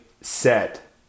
set